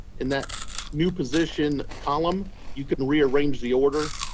in that new position column, you can rearrange the order.